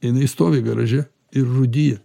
jinai stovi garaže ir rūdija